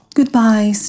Goodbye